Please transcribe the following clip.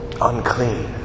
unclean